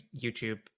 YouTube